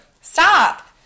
Stop